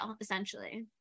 essentially